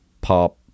pop